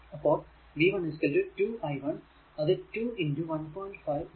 അപ്പോൾ v 1 2 i1 അത് 2 1